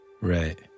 right